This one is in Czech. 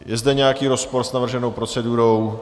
Je zde nějaký rozpor s navrženou procedurou?